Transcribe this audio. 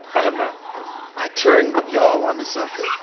i have not i turned y'all on to something?